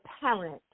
parent